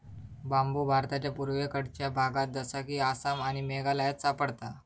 बांबु भारताच्या पुर्वेकडच्या भागात जसा कि आसाम आणि मेघालयात सापडता